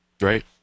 right